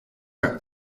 are